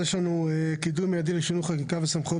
אז יש לנו קידום מיידי לשינוי חקיקה וסמכויות